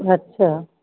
अछा